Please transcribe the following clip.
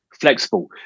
flexible